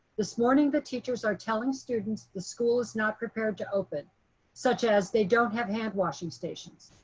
this morning the teachers are telling students the school is not prepared to open such as they don't have hand washing stations.